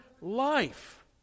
life